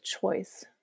choice